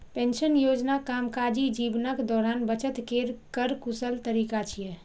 pension योजना कामकाजी जीवनक दौरान बचत केर कर कुशल तरीका छियै